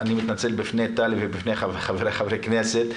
אני מתנצל בפני טלי ובפני חברי הכנסת.